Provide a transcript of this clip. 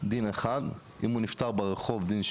דין אחד, אם הוא נפטר ברחוב דין שני,